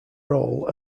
role